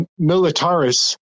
militaris